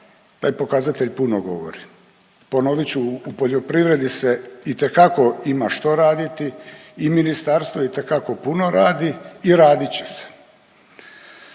Taj pokazatelj puno govori. Ponovit ću u poljoprivredi se itekako ima što raditi i ministarstvo itekako puno radi i radit će se.